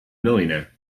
millionaire